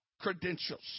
credentials